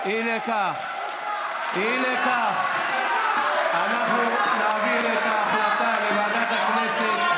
אי לכך, אנחנו נעביר את ההחלטה לוועדת הכנסת.